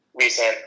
recent